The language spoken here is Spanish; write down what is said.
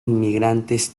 inmigrantes